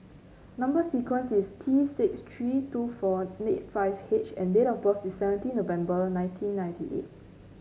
number sequence is T six three two four nine eight five H and date of birth is seventeen November nineteen ninety eight